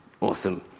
Awesome